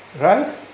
right